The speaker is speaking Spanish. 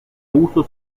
uso